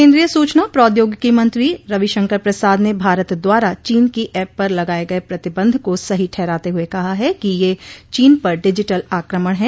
कन्द्रीय सूचना प्रोद्योगिकी मंत्री रविशंकर प्रसाद ने भारत द्वारा चीन की ऐप पर लगाए गए प्रतिबंध को सही ठहराते हुए कहा है कि यह चीन पर डिजिटल आक्रमण है